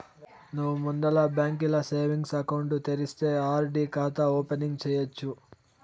నువ్వు ముందల బాంకీల సేవింగ్స్ ఎకౌంటు తెరిస్తే ఆర్.డి కాతా ఓపెనింగ్ సేయచ్చు